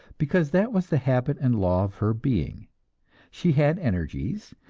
because that was the habit and law of her being she had energies,